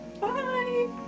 Bye